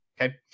okay